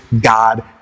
God